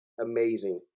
amazing